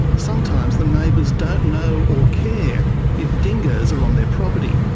sometimes the neighbours don't know or care if dingoes are on their property.